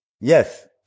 Yes